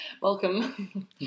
Welcome